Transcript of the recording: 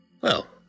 Well